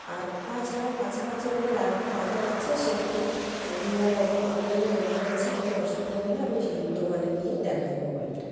আর তাছাড়াও কাছাকাছি আমাদের আরেকটা বাজার আছে সেখানে মোবাইলের অনেকগুলো দোকান আছে কোনও অসুবিধা হলে আমি সেই দোকানে গিয়ে দেখাই মোবাইলটা